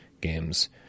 games